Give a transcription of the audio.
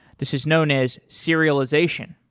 this is known as serialization.